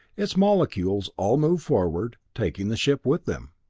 its molecules all moved forward, taking the ship with them.